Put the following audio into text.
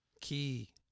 Key